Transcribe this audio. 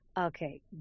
okay